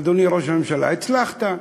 אדוני ראש הממשלה, הצלחת.